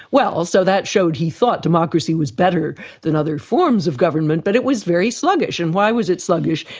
well, so that showed he thought democracy was better than other forms of government but it was very sluggish. and why was it sluggish?